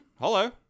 Hello